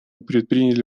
предприняли